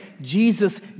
Jesus